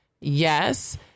Yes